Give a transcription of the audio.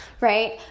right